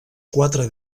quatre